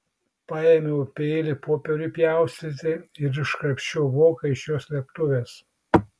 paėmiau peilį popieriui pjaustyti ir iškrapščiau voką iš jo slėptuvės